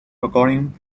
recordings